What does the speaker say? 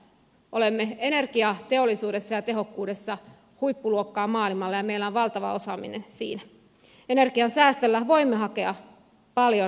olemme energiateollisuudessa ja tehokkuudessa huippuluokkaa maailmalla ja meillä on valtava osaaminen siinä